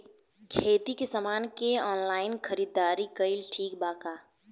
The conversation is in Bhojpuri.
खेती के समान के ऑनलाइन खरीदारी कइल ठीक बा का?